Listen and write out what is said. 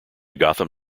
gotham